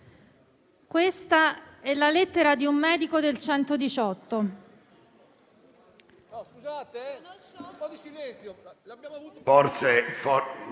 leggere la lettera di un medico del 118.